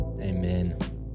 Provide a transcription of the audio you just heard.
Amen